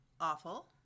awful